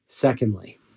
Secondly